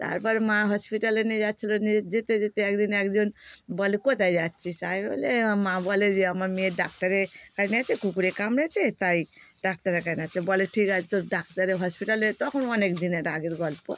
তারপর মা হসপিটালে নিয়ে যাচ্ছিলো নিয়ে যেতে যেতে একদিন একজন বলে কোথায় যাচ্ছিস আমি বলি মা বলে যে আমার মেয়ের ডাক্তারের কাছে কুকুরে কামড়েছে তাই ডাক্তারের কা কাছে যাচ্ছি বলে ঠিক আছে তো ডাক্তারের হসপিটালে তখন অনেকদিনের আগের গল্প